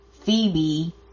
Phoebe